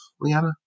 Liana